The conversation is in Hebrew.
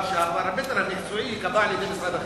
אבל שהפרמטר המקצועי ייקבע על-ידי משרד החינוך.